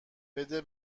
بده